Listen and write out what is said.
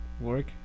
work